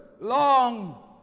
long